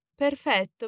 Perfetto